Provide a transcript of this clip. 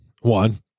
one